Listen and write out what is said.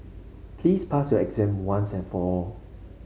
please pass your exam once and for all